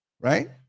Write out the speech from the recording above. Right